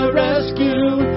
rescue